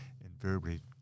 invariably